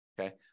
Okay